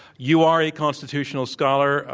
you are a constitutional scholar.